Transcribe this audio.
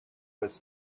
was